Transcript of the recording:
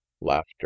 laughter